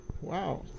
Wow